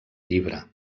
llibre